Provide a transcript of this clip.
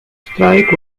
strike